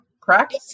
correct